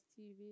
TV